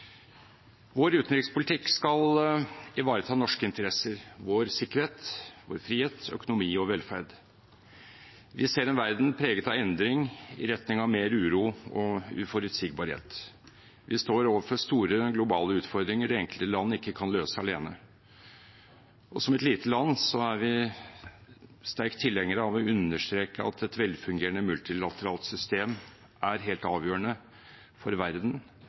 Vår utenrikspolitikk skal ivareta norske interesser, vår sikkerhet, vår frihet, vår økonomi og vår velferd. Vi ser en verden preget av endring i retning av mer uro og uforutsigbarhet. Vi står overfor store globale utfordringer det enkelte land ikke kan løse alene, og som et lite land er vi sterkt tilhengere av å understreke at et velfungerende multilateralt system er helt avgjørende for verden